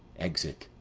exit.